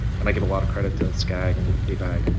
and i give a lot of credit to scag, and abag, and